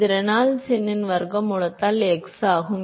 இது ரெனால்ட்ஸ் எண்ணின் வர்க்கமூலத்தால் x ஆகும்